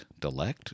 delect